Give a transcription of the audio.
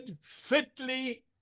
fitly